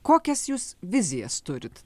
kokias jūs vizijas turit